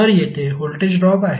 तर येथे voltage drop आहे